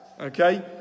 okay